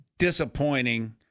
Disappointing